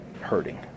hurting